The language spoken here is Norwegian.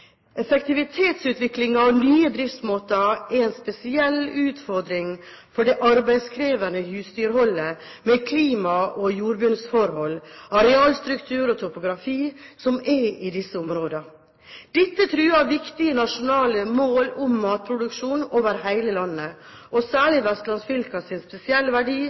Effektivitetsutviklingen og nye driftsmåter er en spesiell utfordring for det arbeidskrevende husdyrholdet med klima og jordbunnsforhold, arealstruktur og topografi, som er i disse områdene. Dette truer viktige nasjonale mål om matproduksjon over hele landet, og særlig vestlandsfylkenes spesielle verdi